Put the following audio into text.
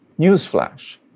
Newsflash